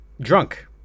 drunk